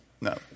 No